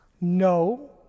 no